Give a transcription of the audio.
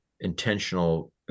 intentional